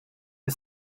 the